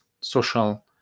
social